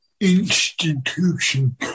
institution